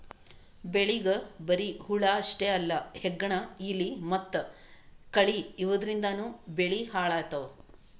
ಬೆಳಿಗ್ ಬರಿ ಹುಳ ಅಷ್ಟೇ ಅಲ್ಲ ಹೆಗ್ಗಣ, ಇಲಿ ಮತ್ತ್ ಕಳಿ ಇವದ್ರಿಂದನೂ ಬೆಳಿ ಹಾಳ್ ಆತವ್